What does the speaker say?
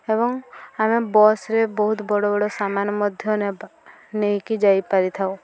ଏବଂ ଆମେ ବସ୍ରେ ବହୁତ ବଡ଼ ବଡ଼ ସାମାନ ମଧ୍ୟ ନେବା ନେଇକି ଯାଇପାରିଥାଉ